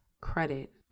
credit